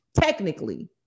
technically